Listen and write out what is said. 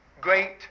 great